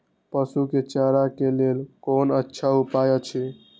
पशु के चारा के लेल कोन अच्छा उपाय अछि?